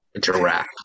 giraffe